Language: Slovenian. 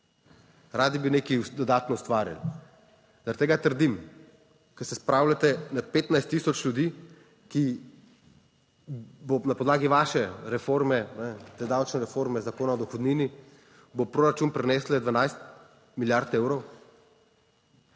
radi bi nekaj dodatno ustvarili. Zaradi tega trdim, ko se spravljate na 15000 ljudi, ki bo na podlagi vaše reforme, te davčne reforme Zakona o dohodnini v proračun prinesla 12 milijard evrov?